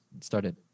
started